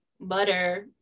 Butter